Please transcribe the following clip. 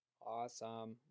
Awesome